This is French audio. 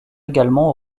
également